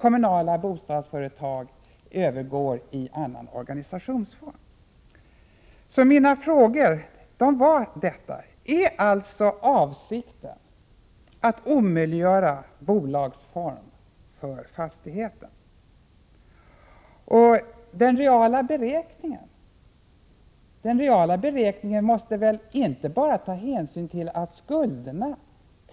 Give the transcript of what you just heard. Kommunala bostadsföretag kommer att övergå i annan organisationsform. Mina frågor gällde: Är avsikten att omöjliggöra bolagsform för fastigheter? Vid den reala beräkningen måste man väl inte bara ta hänsyn till att skulderna